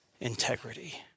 integrity